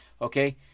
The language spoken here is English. Okay